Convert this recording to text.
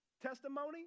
testimony